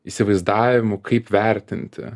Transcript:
įsivaizdavimų kaip vertinti